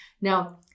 Now